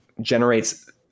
generates